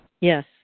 Yes